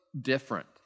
different